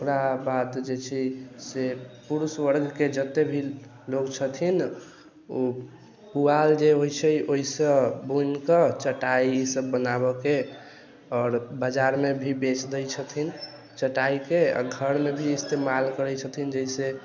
ओकराबाद जे छै से पुरुष वर्गके जते भी लोग छथिन ओ पुआल जे होइत छै ओहिसँ बुनि कऽ चटाइ ई सब बनाबैके आओर बजारमे भी बेच दै छथिन चटाइके आ घरमे भी इस्तेमाल करैत छथिन जाहि से